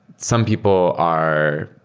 some people are